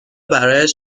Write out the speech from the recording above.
برایش